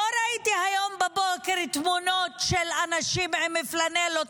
לא ראיתי היום בבוקר תמונות של אנשים עם פלנלות